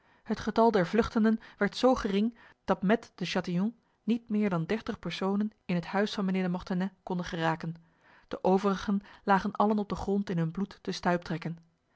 het getal der vluchtenden werd zo gering dat met de chatillon niet meer dan dertig personen in het huis van mijnheer de mortenay konden geraken de overigen lagen allen op de grond in hun bloed